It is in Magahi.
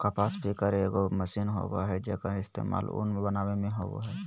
कपास पिकर एगो मशीन होबय हइ, जेक्कर इस्तेमाल उन बनावे में होबा हइ